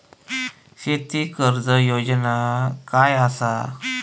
शेती कर्ज योजना काय असा?